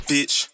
Bitch